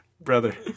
Brother